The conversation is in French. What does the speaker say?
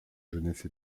jeunesse